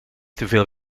teveel